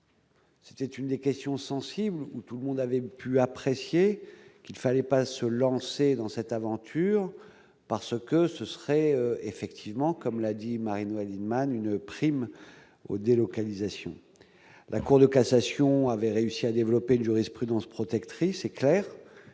C'est une des questions sensibles où tout le monde avait pu apprécier qu'il fallait pas se lancer dans cette aventure, parce que ce serait effectivement comme l'a dit Marie-Noëlle Lienemann, une prime aux délocalisations, la Cour de cassation avait réussi à développer une jurisprudence protectrice éclair